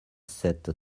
sept